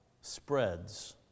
spreads